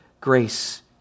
grace